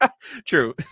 true